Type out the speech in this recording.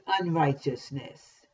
unrighteousness